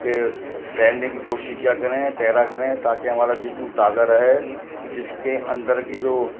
کہ تیرنے کی کوشش کیا کریں تیرا کریں تاکہ ہمارا جسم تازہ رہے جسم کے اندر کی جو